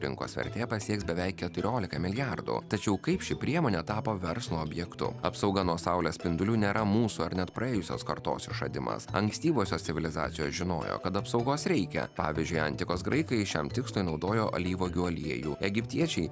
rinkos vertė pasieks beveik keturiolika milijardų tačiau kaip ši priemonė tapo verslo objektu apsauga nuo saulės spindulių nėra mūsų ar net praėjusios kartos išradimas ankstyvosios civilizacijos žinojo kad apsaugos reikia pavyzdžiui antikos graikai šiam tikslui naudojo alyvuogių aliejų egiptiečiai